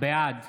בעד